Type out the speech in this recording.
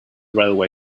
railway